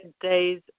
days